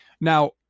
Now